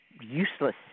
useless